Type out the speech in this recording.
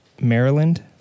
Maryland